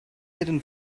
hidden